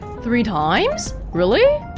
three times, really?